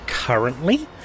Currently